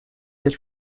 del